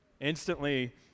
Instantly